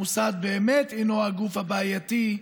המוסד באמת אינו הגוף הבעייתי.